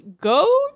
Go